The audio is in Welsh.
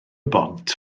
bont